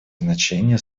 значение